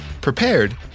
prepared